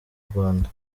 rwanda